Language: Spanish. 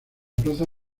plaza